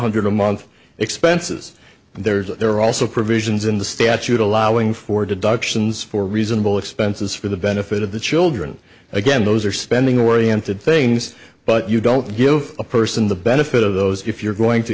hundred a month expenses there's a there are also provisions in the statute allowing for deductions for reasonable expenses for the benefit of the children again those are spending oriented things but you don't give a person the benefit of those if you're going t